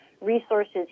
resources